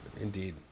indeed